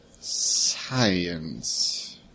Science